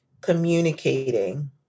communicating